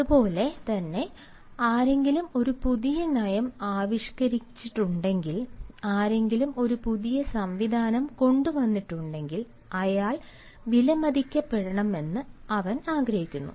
അതുപോലെ തന്നെ ആരെങ്കിലും ഒരു പുതിയ നയം ആവിഷ്കരിച്ചിട്ടുണ്ടെങ്കിൽ ആരെങ്കിലും ഒരു പുതിയ സംവിധാനം കൊണ്ടുവന്നിട്ടുണ്ടെങ്കിൽ അയാൾ വിലമതിക്കപ്പെടണമെന്ന് അവൻ ആഗ്രഹിക്കുന്നു